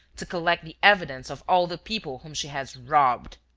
to collect the evidence of all the people whom she has robbed.